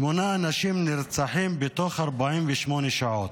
שמונה אנשים נרצחים בתוך 48 שעות.